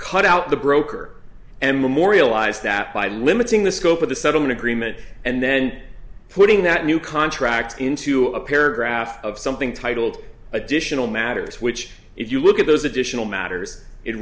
cut out the broker and memorialize that by limiting the scope of the settlement agreement and then putting that new contract into a paragraph of something titled additional matters which if you look at those additional matters i